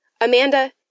Amanda